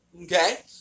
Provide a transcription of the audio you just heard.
okay